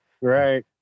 Right